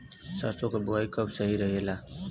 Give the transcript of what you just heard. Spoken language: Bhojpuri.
सरसों क बुवाई कब सही रहेला?